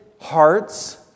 hearts